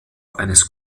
eines